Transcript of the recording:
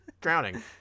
Drowning